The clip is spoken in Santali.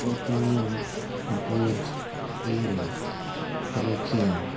ᱩᱛᱱᱟᱹᱣ ᱵᱩᱨᱡᱽ ᱤᱨᱮ ᱨᱩᱠᱷᱭᱟᱹ